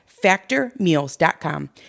factormeals.com